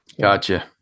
Gotcha